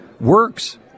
works